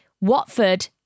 Watford